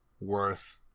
worth